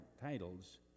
titles